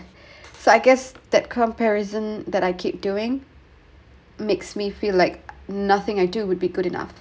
so I guess that comparison that I keep doing makes me feel like nothing I do would be good enough